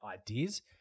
ideas